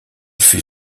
fut